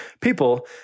people